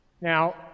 Now